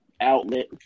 outlet